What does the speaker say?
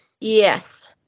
Yes